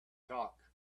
talk